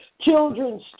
children's